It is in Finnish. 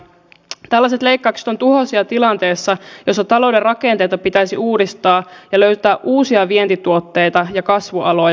tällaiset leikkaukset ovat tuhoisia tilanteessa jossa talouden rakenteita pitäisi uudistaa ja löytää uusia vientituotteita ja kasvualoja